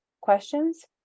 questions